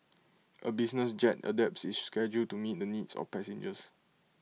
A business jet adapts its schedule to meet the needs of passengers